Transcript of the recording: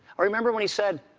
or remember when he said,